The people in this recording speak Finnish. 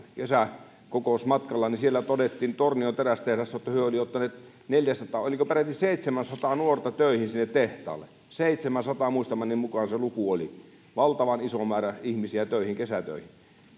kesäkokousmatkalla niin siellä todettiin tornion terästehtaalla että he he olivat ottaneet neljäsataa oliko peräti seitsemänsataa nuorta töihin sinne tehtaalle seitsemänsataa muistamani mukaan se luku oli valtavan iso määrä ihmisiä kesätöihin